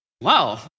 wow